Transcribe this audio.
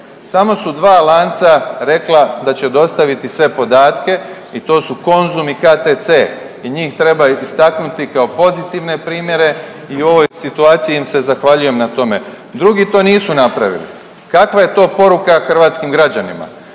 Samo su dva lanca rekla da će dostaviti sve podatke. I to su Konzum i KTC i njih treba istaknuti kao pozitivne primjere. I u ovoj situaciji im se zahvaljujem na tome. Drugi to nisu napravili. Kakva je to poruka hrvatskim građanima?